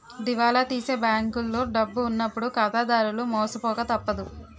దివాలా తీసే బ్యాంకులో డబ్బు ఉన్నప్పుడు ఖాతాదారులు మోసపోక తప్పదు